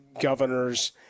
governors